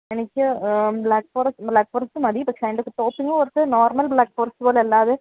എനിക്ക് black forest black forest മതി പക്ഷേ അതിന്റെയകത്ത് ടോപ്പിങ്ങ് കുറച്ച് നോർമൽ ബ്ലാക്ക് ഫോറസ്റ്റ് പോലെയല്ലാതെ